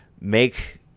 make